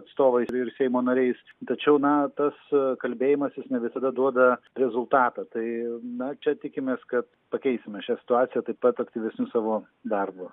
atstovais ir seimo nariais tačiau na tas kalbėjimasis ne visada duoda rezultatą tai na čia tikimės kad pakeisime šią situaciją taip pat aktyvesniu savo darbu